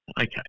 okay